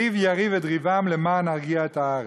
ריב יריב את ריבם למען ארגיע את הארץ".